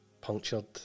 punctured